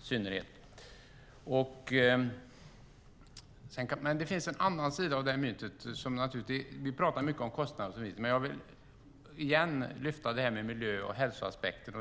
synnerhet sjöfarten. Det finns dock en annan sida av myntet. Vi talar mycket om kostnader, men jag vill åter lyfta upp detta med miljö och hälsoaspekter.